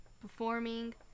performing